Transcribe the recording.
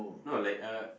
no like uh